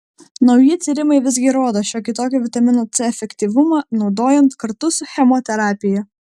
nauji tyrimai visgi rodo šiokį tokį vitamino c efektyvumą naudojant kartu su chemoterapija